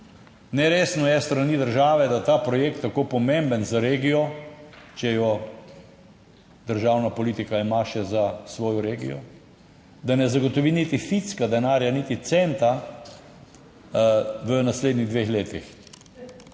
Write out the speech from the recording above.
Neresno je s strani države, da je ta projekt, tako pomemben za regijo - če jo državna politika ima še za svojo regijo -, da ne zagotovi niti ficka denarja, niti centa v naslednjih dveh letih.